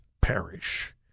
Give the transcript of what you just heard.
perish